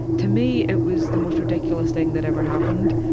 to me it was the most ridiculous thing that ever happened.